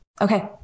Okay